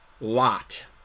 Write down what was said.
lot